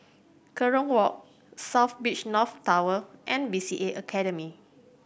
Kerong Walk South Beach North Tower and B C A Academy